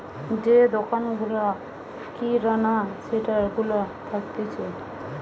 যে দোকান গুলা কিরানা স্টোর গুলা থাকতিছে